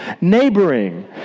neighboring